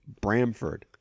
Bramford